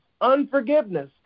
unforgiveness